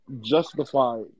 justify